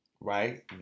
right